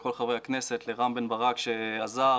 לחבר הכנסת רם בן ברק שעזר,